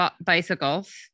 bicycles